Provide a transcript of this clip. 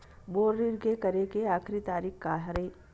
मोर ऋण के करे के आखिरी तारीक का हरे?